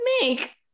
make